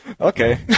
Okay